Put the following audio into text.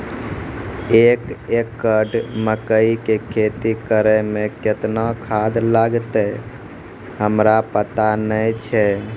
एक एकरऽ मकई के खेती करै मे केतना खाद लागतै हमरा पता नैय छै?